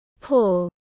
Paul